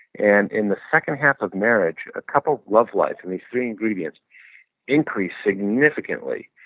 and in the second half of marriage, a couple's love life and these three ingredients increase significantly.